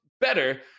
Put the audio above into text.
better